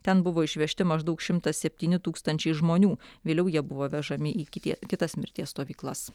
ten buvo išvežti maždaug šimtas septyni tūkstančiai žmonių vėliau jie buvo vežami į kiti kitas mirties stovyklas